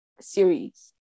series